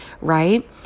right